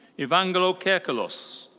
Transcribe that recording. evangelo kirkelos.